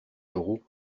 taureau